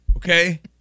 okay